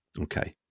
Okay